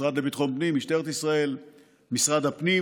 המשרד לביטחון פנים, משטרת ישראל ומשרד הפנים.